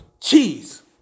cheese